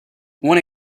one